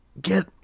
Get